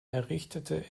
errichtete